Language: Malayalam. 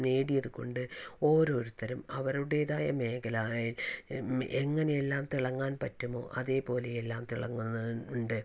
നേടിയത് കൊണ്ട് ഓരോരുത്തരും അവരുടേതായ മേഖല എങ്ങനെയെല്ലാം തിളങ്ങാൻ പറ്റുമോ അതേപോലെയെല്ലാം തിളങ്ങന്നതുമുണ്ട്